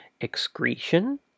excretion